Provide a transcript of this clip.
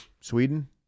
Sweden